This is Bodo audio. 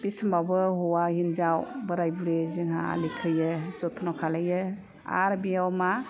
बे समावबो हौवा हिनजाव बोराइ बुरि जोंहा आलि खोयो जथ्न' खालायो आर बेयाव मा